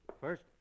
First